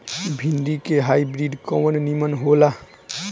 भिन्डी के हाइब्रिड कवन नीमन हो ला?